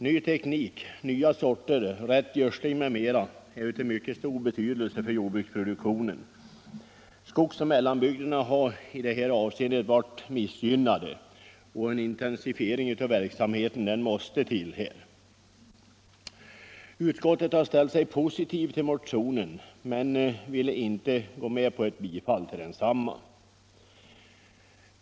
Ny teknik, nya sorter, rätt gödsling m.m. är av mycket stor betydelse för jordbruksproduk tionen. Skogs och mellanbygderna har i detta avseende varit missgynnade, och en intensifiering av verksamheten måste till. Utskottet har ställt sig positivt till motionen men vill inte gå med på ett bifall till den.